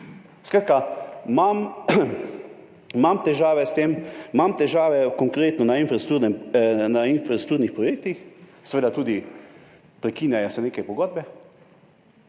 s tem, imam težave konkretno na infrastrukturnih projektih. Seveda se tudi prekinejo neke pogodbe,